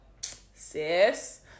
Sis